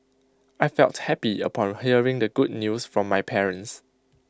I felt happy upon hearing the good news from my parents